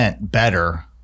better